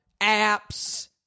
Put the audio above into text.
apps